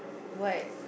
what